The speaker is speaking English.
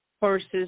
horses